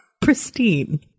Pristine